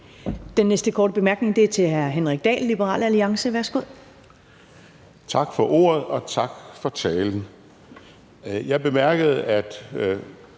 Den næste korte bemærkning er fra hr. Henrik Dahl, Liberal Alliance. Værsgo. Kl. 13:29 Henrik Dahl (LA): Tak for ordet, og tak for talen. Jeg bemærkede, at